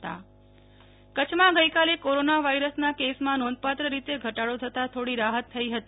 Nehal Thakkar Kutch corona કચ્છમાં ગઈકાલે corona વાયરસના કેસમાં નોંધપાત્ર રીતે ઘટાડો થતાં થોડી રાહત થઈ હતી